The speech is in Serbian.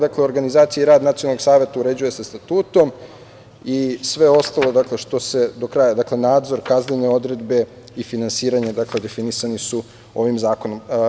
Dakle, organizacija i rad nacionalnog saveta uređuje statutom i sve ostalo što se do kraja, dakle, nadzor, kaznene odredbe i finansiranje definisani su ovim zakonom.